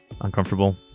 uncomfortable